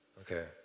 Okay